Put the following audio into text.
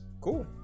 cool